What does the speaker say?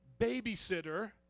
babysitter